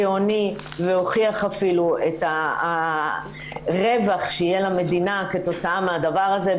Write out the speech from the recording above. גאוני והוכיח אפילו את הרווח שיהיה למדינה כתוצאה מהדבר הזה.